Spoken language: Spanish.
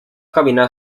cabina